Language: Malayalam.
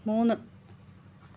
മൂന്ന്